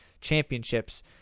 championships